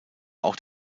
auch